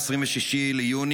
26 ביוני,